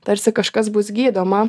tarsi kažkas bus gydoma